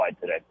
today